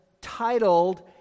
titled